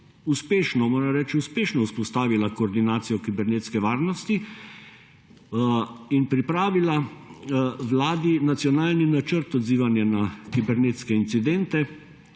uprava v tem času uspešno vzpostavila koordinacijo kibernetske varnosti in pripravila Vladi nacionalni načrt odzivanja na kibernetske incidente,